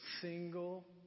single